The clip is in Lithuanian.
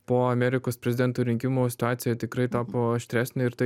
po amerikos prezidento rinkimų situacija tikrai tapo aštresnė ir tai